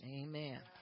amen